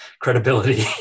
credibility